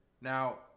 Now